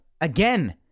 again